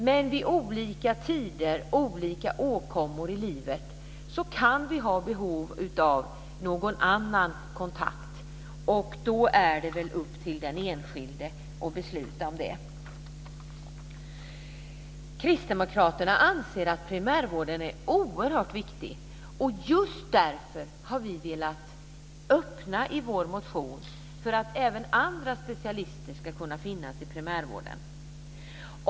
Men vid olika tider och olika åkommor i livet kan vi ha behov av någon annan kontakt, och då är det väl upp till den enskilde att besluta om det. Kristdemokraterna anser att primärvården är oerhört viktig, och just därför har vi velat öppna i vår motion för att även andra specialister ska kunna finnas i primärvården.